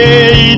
Hey